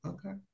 Okay